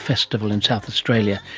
festival in south australia,